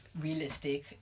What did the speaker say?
realistic